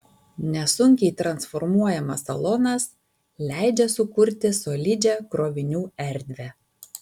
nesunkiai transformuojamas salonas leidžia sukurti solidžią krovinių erdvę